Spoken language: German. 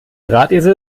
drahtesel